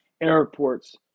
airports